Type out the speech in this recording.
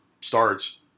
starts